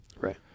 right